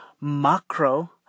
macro